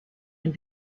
and